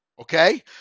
okay